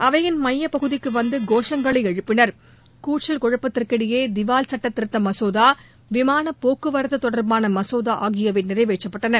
அவையின் மையப்பகுதிக்கு வந்து கோஷங்களை எழுப்பினர் கூச்சல் குழப்பத்திற்கிடையே திவால் சுட்டத்திருத்த மசோதா விமானப்போக்குவரத்து தொடர்பான மசோதா ஆகியவை நிறைவேற்றப்பட்டன